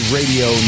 radio